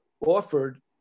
offered